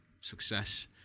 success